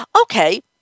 Okay